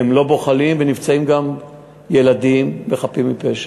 והם לא בוחלים, ונמצאים גם ילדים וחפים מפשע.